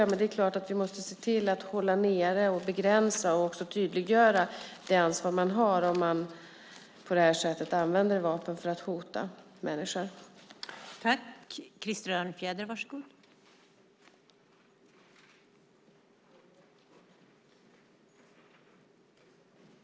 Men det är klart att vi måste se till att begränsa vapenanvändningen och tydliggöra det ansvar man har om man på det här sättet använder vapen för att hota människor.